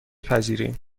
پذیریم